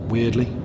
Weirdly